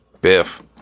Biff